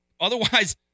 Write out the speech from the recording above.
Otherwise